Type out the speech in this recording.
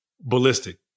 ballistic